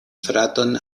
fraton